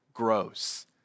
grows